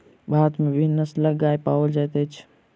भारत में विभिन्न नस्लक गाय पाओल जाइत अछि